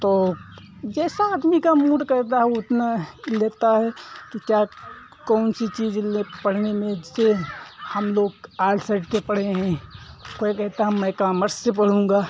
तो जैसा आदमी का मूड करता है उतना लेता है कि क्या कौन सी चीज लें पढ़ने में जैसे हम लोग आर्ट साइड के पढे़ हैं कोई कहता है मैं कामर्स से पढ़ूँगा